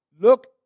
look